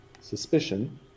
suspicion